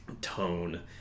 tone